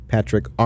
Patrick